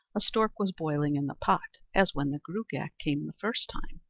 a stork was boiling in the pot, as when the gruagach came the first time.